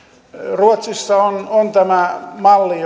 ruotsissa on on tämä malli